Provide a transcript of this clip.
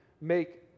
make